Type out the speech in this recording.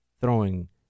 throwing